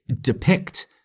depict